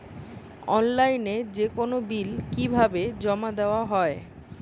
অনলাইনে যেকোনো বিল কিভাবে জমা দেওয়া হয়?